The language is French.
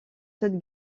cette